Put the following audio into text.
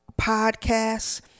podcasts